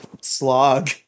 slog